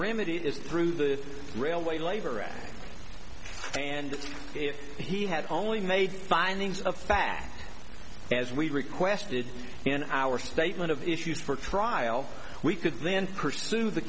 remedy is through the railway labor act and if he had only made findings of fact as we requested in our statement of issues for trial we could then pursue the